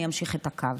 אני אמשיך את הקו: